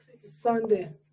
Sunday